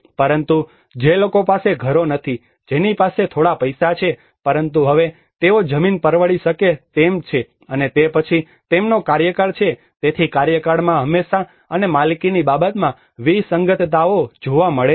પરંતુ જે લોકો પાસે ઘરો નથી જેની પાસે થોડા પૈસા છે પરંતુ હવે તેઓ જમીન પરવડી શકે તેમ છે અને તે પછી તેમનો કાર્યકાળ છે તેથી કાર્યકાળમાં હંમેશાં અને માલિકીની બાબતમાં વિસંગતતાઓ જોવા મળે છે